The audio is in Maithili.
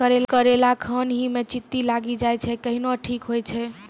करेला खान ही मे चित्ती लागी जाए छै केहनो ठीक हो छ?